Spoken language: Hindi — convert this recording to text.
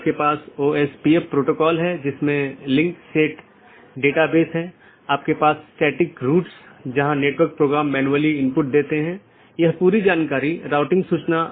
तो ये वे रास्ते हैं जिन्हें परिभाषित किया जा सकता है और विभिन्न नेटवर्क के लिए अगला राउटर क्या है और पथों को परिभाषित किया जा सकता है